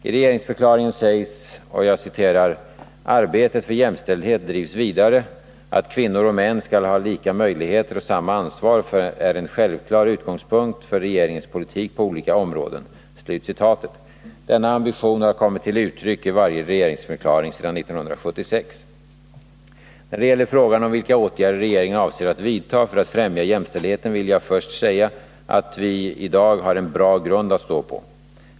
I regeringsförklaringen sägs: ”Arbetet för jämställdhet drivs vidare. Att kvinnor och män skall ha lika möjligheter och samma ansvar är en självklar utgångspunkt för regeringens politik på olika områden.” Denna ambition har kommit till uttryck i varje regeringsförklaring sedan 1976. När det gäller frågan om vilka åtgärder regeringen avser att vidta för att främja jämställdheten vill jag först säga att vi i dag har en bra grund att stå på.